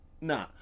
Nah